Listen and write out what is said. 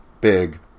big